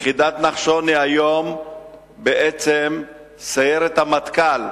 יחידת נחשון היום היא בעצם סיירת המטכ"ל